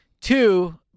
Two